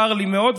צר לי מאוד,